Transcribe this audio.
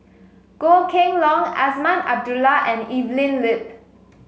Goh Kheng Long Azman Abdullah and Evelyn Lip